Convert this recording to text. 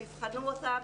יבחנו אותם.